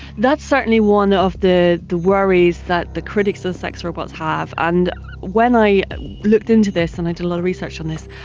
that's certainly one of the the worries that the critics of sex robots have, and when i looked into this, and i did a lot of research on this,